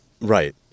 Right